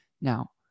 now